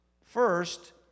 First